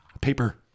Paper